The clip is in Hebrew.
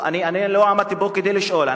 לא עמדתי פה כדי לשאול,